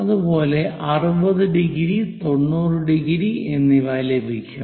അതുപോലെ 60 degree 90 degree എന്നിവ ലഭിക്കും